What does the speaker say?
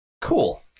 Cool